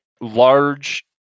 large